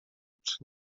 czy